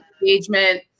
engagement